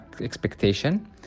expectation